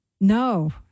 No